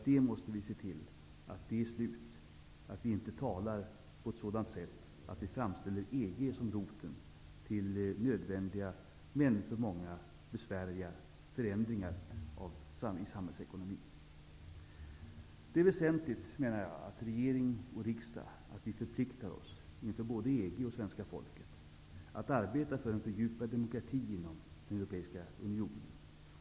Vi måste se till att det blir slut med det. Vi får inte framställa EG som roten till nödvändiga, men för många besvärliga, förändringar i samhällsekonomin. Det är väsentligt att regering och riksdag förpliktar sin inför både EG och svenska folket. Vi måste arbeta för en fördjupad demokrati inom den europeiska unionen.